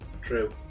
True